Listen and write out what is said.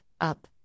up